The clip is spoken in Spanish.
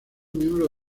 miembro